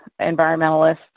environmentalists